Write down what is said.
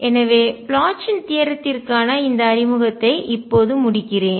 எனவே ப்ளொச்சின் தியரத்திற்கான தேற்றம் இந்த அறிமுகத்தை இப்போது முடிக்கிறேன்